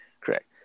Correct